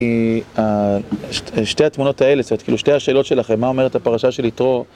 שתי התמונות האלה, זאת אומרת שתי השאלות שלכם, מה אומרת הפרשה של יתרו?